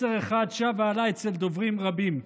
מסר אחד שב ועלה אצל דוברים רבים: